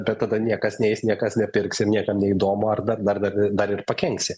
bet tada niekas neis niekas nepirks ir niekam neįdomu ar dar dar dar dar ir pakenksi